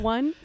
One